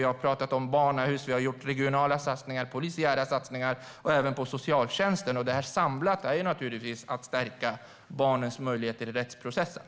Vi har diskuterat barnahus, vi har gjort regionala satsningar, polisiära satsningar och även satsningar på socialtjänsten - detta samlat naturligtvis för att stärka barnens möjligheter i rättsprocessen.